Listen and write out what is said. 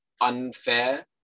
unfair